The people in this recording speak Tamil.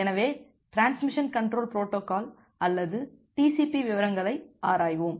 எனவே டிரான்ஸ்மிஷன் கண்ட்ரோல் புரோட்டோகால் அல்லது TCP விவரங்களை ஆராய்வோம்